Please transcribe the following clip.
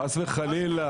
חס וחלילה,